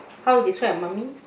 how would you describe your mummy